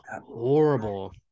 horrible